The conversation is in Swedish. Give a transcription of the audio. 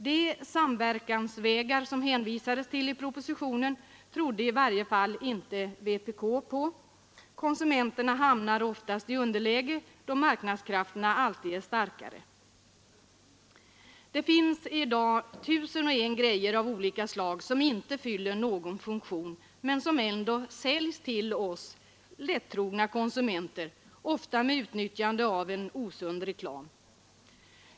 De samverkansvägar som det hänvisades till i propositionen trodde i varje inte vpk på. Konsumenterna hamnar oftast i underläge då marknadskrafterna alltid är starkare. Det finns i dag tusen och en grejor av olika slag som inte fyller någon funktion men som ändå säljs till oss lättrogna konsumenter, ofta med utnyttjande av en osund reklam.